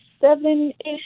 seven-ish